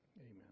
Amen